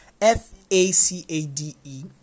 F-A-C-A-D-E